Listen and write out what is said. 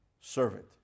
servant